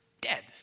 dead